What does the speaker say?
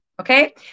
okay